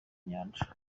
nyanja